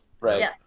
right